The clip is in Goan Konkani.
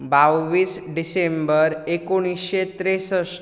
बाव्वीस डिसेंबर एकुणीशें त्रेसश्ठ